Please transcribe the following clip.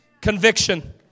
Conviction